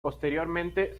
posteriormente